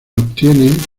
obtiene